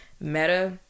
meta